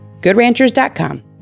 GoodRanchers.com